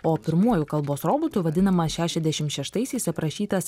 o pirmuoju kalbos robotu vadinama šešiasdešim šeštaisiais aprašytas